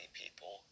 people